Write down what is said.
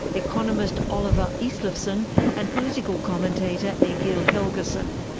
economist olafur isleifsson, and political commentator, egill helgason.